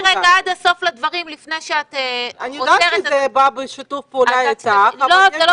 אני יודעת שזה בשיתוף פעולה אתך אבל יש